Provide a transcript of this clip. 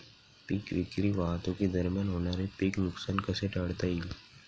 पीक विक्री वाहतुकीदरम्यान होणारे पीक नुकसान कसे टाळता येईल?